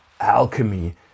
Alchemy